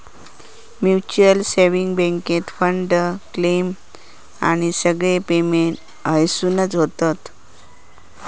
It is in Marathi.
म्युच्युअल सेंविंग बॅन्केत फंड, क्लेम आणि सगळे पेमेंट हयसूनच होतत